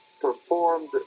performed